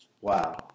Wow